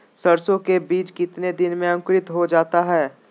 सरसो के बीज कितने दिन में अंकुरीत हो जा हाय?